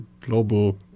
global